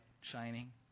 shining